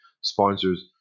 sponsors